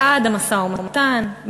בעד המשא-ומתן,